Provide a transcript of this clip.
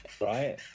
right